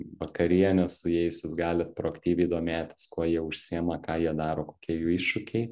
vakarienės su jais jūs galit proaktyviai domėtis kuo jie užsiema ką jie daro kokie jų iššūkiai